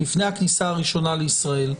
לפני הכניסה הראשונה לישראל,